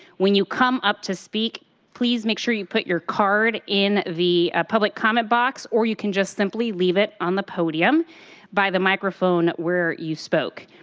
when you come up to speak please make sure you put your card in the public comment box or you can simply leave it on the podium by the microphone where you spoke.